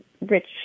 Rich